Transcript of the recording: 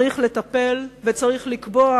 צריך לטפל, וצריך לקבוע,